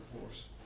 force